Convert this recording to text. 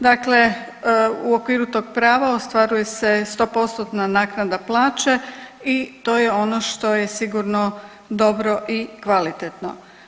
Dakle, u okviru tog prava ostvaruje se 100% naknada plaće i to je ono što je sigurno dobro i kvalitetno.